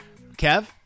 Kev